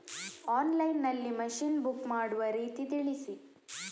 Online ನಲ್ಲಿ machine book ಮಾಡುವ ರೀತಿ ತಿಳಿಸಿ?